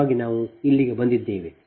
ನಿಜವಾಗಿ ನಾವು ಇಲ್ಲಿಗೆ ಬಂದಿದ್ದೇವೆ